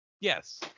Yes